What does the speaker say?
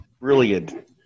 Brilliant